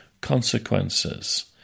consequences